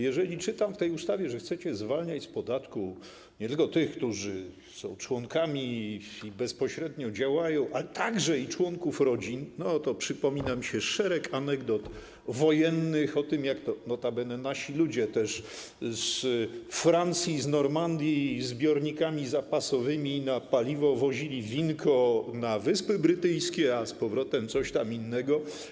Jeżeli czytam w tej ustawie, że chcecie zwalniać z podatku nie tylko tych, którzy są członkami i bezpośrednio działają, ale także i członków rodzin, to przypomina mi się szereg anegdot wojennych o tym, jak to, notabene, też nasi ludzie, z Francji, z Normandii zbiornikami zapasowymi na paliwo wozili winko na Wyspy Brytyjskie, a z powrotem coś tam innego.